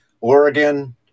Oregon